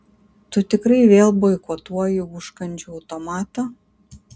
tu tikrai vėl boikotuoji užkandžių automatą